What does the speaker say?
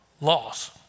laws